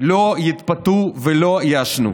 לא יתפתו ולא יעשנו.